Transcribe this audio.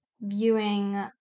viewing